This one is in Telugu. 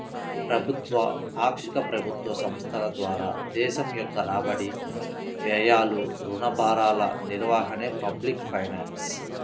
ప్రభుత్వ, పాక్షిక ప్రభుత్వ సంస్థల ద్వారా దేశం యొక్క రాబడి, వ్యయాలు, రుణ భారాల నిర్వహణే పబ్లిక్ ఫైనాన్స్